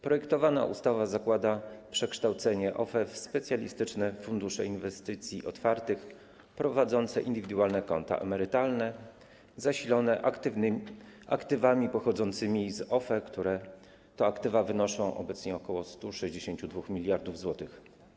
Projektowana ustawa zakłada przekształcenie OFE w specjalistyczne fundusze inwestycji otwartych prowadzące indywidualne konta emerytalne zasilone aktywami pochodzącymi z OFE, które to aktywa wynoszą obecnie ok. 162 mld zł.